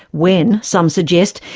when, some suggest,